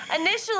Initially